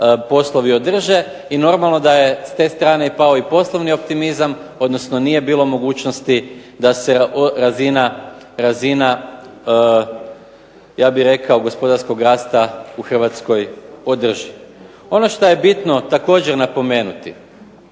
poslovi održe. I normalno da je, s te strane, pao i poslovni optimizam, odnosno nije bilo mogućnosti da se razina, ja bih rekao, gospodarskog rasta u Hrvatskoj održi. Ono što je bitno također napomenuti,